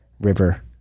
River